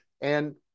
and-